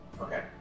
Okay